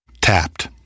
Tapped